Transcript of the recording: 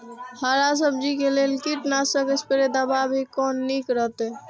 हरा सब्जी के लेल कीट नाशक स्प्रै दवा भी कोन नीक रहैत?